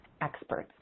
experts